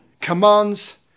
commands